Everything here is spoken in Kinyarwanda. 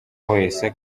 wese